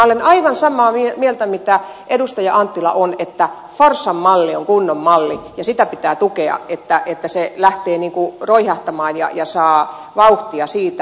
olen aivan samaa mieltä mitä edustaja anttila on että forssan malli on kunnon malli ja sitä pitää tukea että se lähtee roihahtamaan ja saa vauhtia siitä ja siitä lähdetään liikkeelle